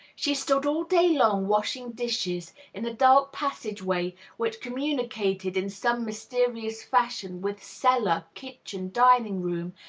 she stood all day long washing dishes, in a dark passageway which communicated in some mysterious fashion with cellar, kitchen, dining-room,